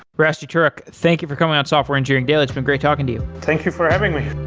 rasty turek, thank you for coming on software engineering daily, it's been great talking to you. thank you for having me.